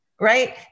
right